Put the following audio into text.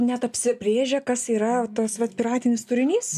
net apsibrėžę kas yra va tas vat piratinis turinys